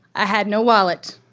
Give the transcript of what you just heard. i had no wallet,